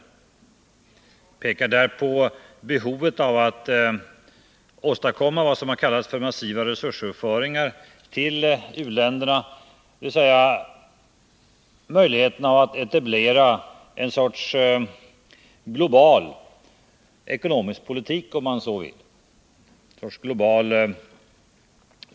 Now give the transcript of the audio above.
Jag pekar också på behovet av att åstadkomma vad som har kallats massiva resursöverföringar till u-länderna, dvs. möjligheter att etablera en sorts global konjunkturpolitik, om man så vill.